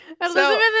Elizabeth